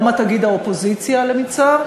לא מה תגיד האופוזיציה למצער,